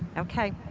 okay.